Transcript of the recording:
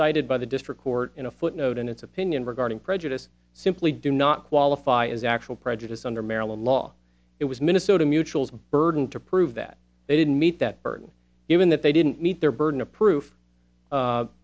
cited by the district court in a footnote and its opinion regarding prejudice simply do not qualify as actual prejudice under maryland law it was minnesota mutuals burden to prove that they didn't meet that burden given that they didn't meet their burden of proof